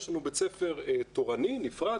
יש לנו בית ספר תורני נפרד,